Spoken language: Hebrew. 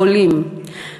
העולים.